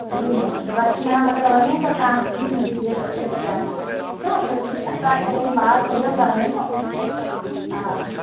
जी madam जी बाक़ी ma'am अगरि वञे त तव्हां प्लीज मुंहिंजी धीअ जो सुठे सां ध्यानु रखिजो ठीकु आहे सच में असां कॾहिं ॿार छॾियो कोन्हे न हा